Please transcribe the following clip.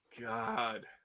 God